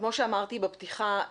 כמו שאמרתי בפתיחה,